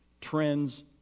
trends